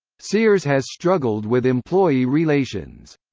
sears has struggled with employee relations.